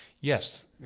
Yes